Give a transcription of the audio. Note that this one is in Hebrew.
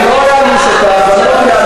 אל תפגע בי, אני מבקש ממך, אני לא מעניש אותך.